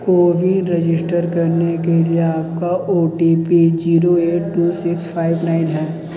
CoWIN register करने के लिए आपका OTP zero eight two six five nine है